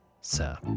sir